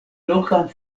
lokan